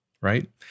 right